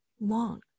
long